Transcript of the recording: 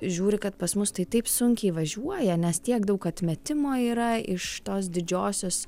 žiūri kad pas mus tai taip sunkiai važiuoja nes tiek daug atmetimo yra iš tos didžiosios